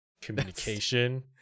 Communication